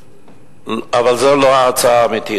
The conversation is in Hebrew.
אבל זו לא ההצלה האמיתית.